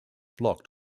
blocked